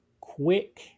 Quick